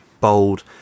bold